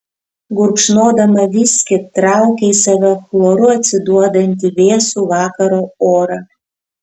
gurkšnodama viskį traukė į save chloru atsiduodantį vėsų vakaro orą